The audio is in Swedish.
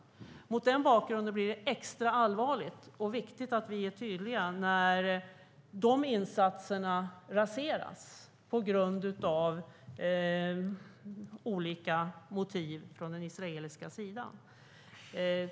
Mot den bakgrunden blir det extra allvarligt och viktigt att vi är tydliga när de insatserna raseras av olika motiv på den israeliska sidan.